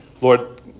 Lord